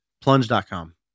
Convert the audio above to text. Plunge.com